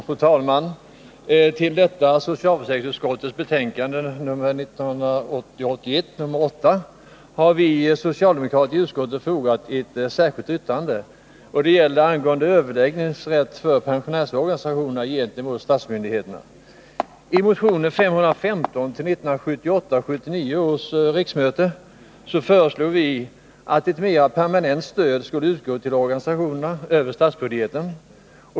Fru talman! Till socialförsäkringsutskottets betänkande 1980 79 års riksmöte föreslog vi att ett mer permanent stöd skulle utgå till organisationerna över statsbudgeten.